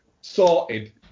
sorted